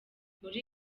muri